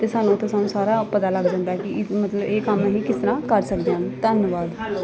ਤੇ ਸਾਨੂੰ ਤਾਂ ਸਾਨੂੰ ਸਾਰਾ ਪਤਾ ਲੱਗ ਜਾਂਦਾ ਕੀ ਇਹ ਮਤਲਬ ਇਹ ਕੰਮ ਅਸੀਂ ਕਿਸ ਤਰਾਂ ਕਰ ਸਕਦੇ ਹਨ ਧੰਨਵਾਦ